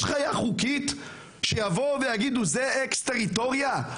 יש חיה חוקית שיגידו שזה X טריטוריה?